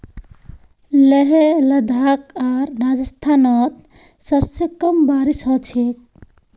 लेह लद्दाख आर राजस्थानत सबस कम बारिश ह छेक